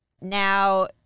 now